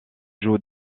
joue